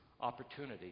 opportunity